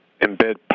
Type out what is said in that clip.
embed